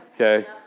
Okay